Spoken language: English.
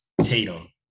Tatum